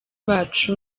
bacu